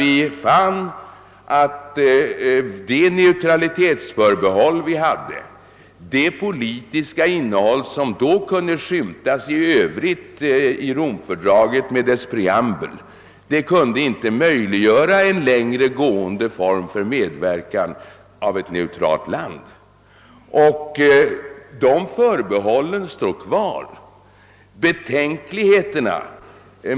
Vi fann nämligen att vårt neutralitetsförbehåll och det politiska innehåll som då kunde skymta i Romfördragets preamble inte möjliggjorde en längre gående form för medverkan av ett neutralt land. De förbehållen står kvar.